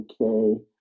okay